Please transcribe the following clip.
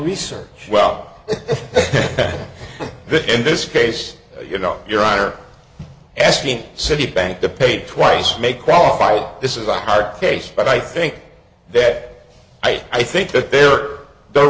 research well in this case you know your honor asking citibank to pay twice make qualified this is a hard case but i think that i think that there are the